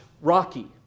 Rocky